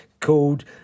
called